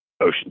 ocean